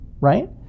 Right